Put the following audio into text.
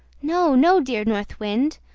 no, no, dear north wind.